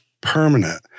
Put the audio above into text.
permanent